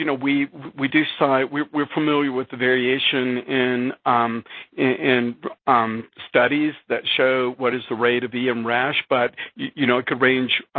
you know, we we do side. we're we're familiar with the variation in in um studies that show what is the rate of em rash but, you know, it could range,